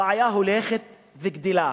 הבעיה הולכת וגדלה,